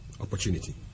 Opportunity